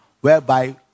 whereby